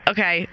Okay